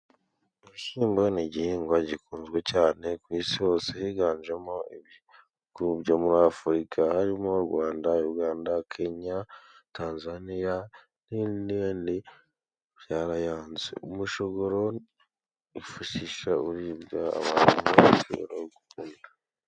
Ibishyimbo ni igihingwa gikunzwe cyane ku isi hose higanjemo ibihugu byo muri Afurika, harimo u Rwanda, Yuganda, Kenya, Tanzaniya n'ibindi bindi. Byarayanze, umushogoro uwifashisha uribwa, abantu barawukunda.